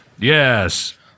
Yes